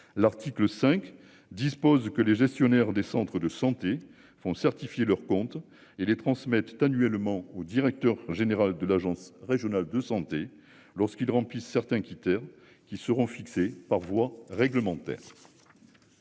L'article 5, dispose que les gestionnaires des centres de santé vont certifier leurs comptes et les transmettent annuellement au directeur général de l'Agence Régionale de Santé lorsqu'ils remplissent certains qui quittèrent qui seront fixées par voie réglementaire.